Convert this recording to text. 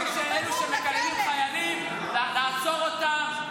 אלה שמקללים חיילים, לעצור אותם,